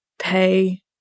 pay